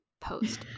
post